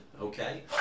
okay